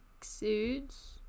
exudes